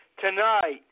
tonight